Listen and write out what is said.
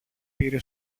πήρε